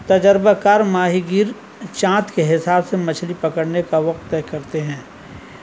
تجربہ کار ماہی گیر چاند کے حساب سے مچھلی پکڑنے کا وقت طے کرتے ہیں